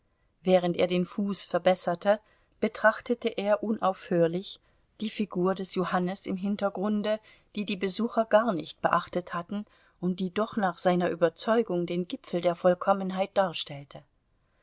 während er den fuß verbesserte betrachtete er unaufhörlich die figur des johannes im hintergrunde die die besucher gar nicht beachtet hatten und die doch nach seiner überzeugung den gipfel der vollkommenheit darstellte